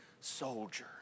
soldier